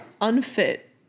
Unfit